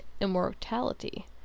immortality